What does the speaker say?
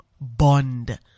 bond